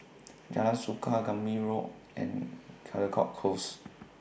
Jalan Suka Gambir Road and Caldecott Close